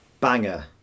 banger